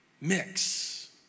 mix